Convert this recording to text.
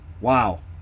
Wow